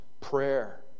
prayer